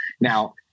Now